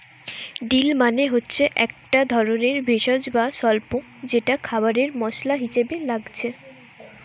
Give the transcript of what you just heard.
deal মানে হচ্ছে একটা ধরণের ভেষজ বা স্বল্প যেটা খাবারে মসলা হিসাবে লাগছে